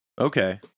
Okay